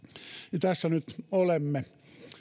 ja tässä nyt olemme